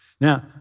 Now